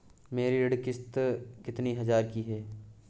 मेरी ऋण किश्त राशि कितनी हजार की है?